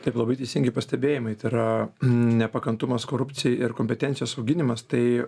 taip labai teisingi pastebėjimai tai yra nepakantumas korupcijai ir kompetencijos auginimas tai